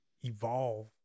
evolve